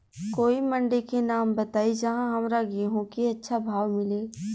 कोई मंडी के नाम बताई जहां हमरा गेहूं के अच्छा भाव मिले?